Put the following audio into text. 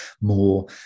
more